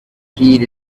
heed